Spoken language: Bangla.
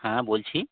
হ্যাঁ বলছি